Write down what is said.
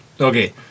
Okay